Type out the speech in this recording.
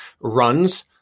runs